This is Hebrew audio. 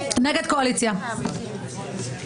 מי נמנע?